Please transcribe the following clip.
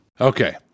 okay